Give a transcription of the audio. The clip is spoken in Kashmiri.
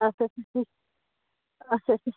اچھا اچھا